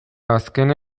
azken